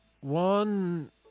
one